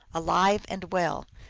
alive and well.